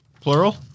Plural